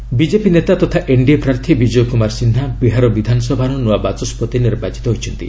Bihar speaker BJP ନେତା ତଥା NDA ପ୍ରାର୍ଥୀ ବିଜୟ କୁମାର ସିହ୍ନା ବିହାର ବିଧାନସଭାର ନୂଆ ବାଚସ୍କତି ନିର୍ବାଚିତ ହୋଇଛନ୍ତି